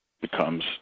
becomes